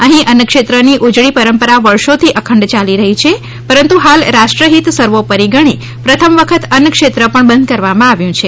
અહીં અન્નક્ષેત્રની ઉજળી પરંપરા વર્ષોથી અખંડ ચાલી રહી છે પરંતુ હાલ રાષ્ટ્ર હિત સર્વોપરી ગણી પ્રથમ વખત અન્નક્ષેત્ર પણ બંધ કરવામાં આવ્યું છે